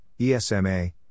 ESMA